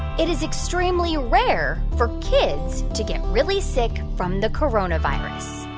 it is extremely rare for kids to get really sick from the coronavirus?